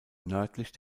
nördlich